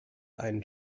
einen